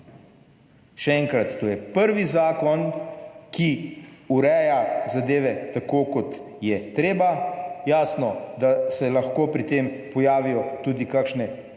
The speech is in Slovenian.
Še enkrat, to je prvi zakon, ki ureja zadeve tako kot je treba; jasno, da se lahko pri tem pojavijo tudi kakšne porodne